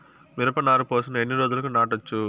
మిరప నారు పోసిన ఎన్ని రోజులకు నాటచ్చు?